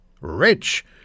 rich